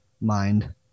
Mind